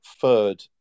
third